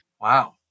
wow